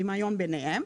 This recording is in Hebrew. דמיון ביניהם.